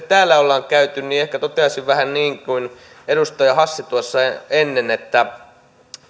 täällä ollaan käyty ehkä toteaisin vähän niin kuin edustaja hassi tuossa ennen että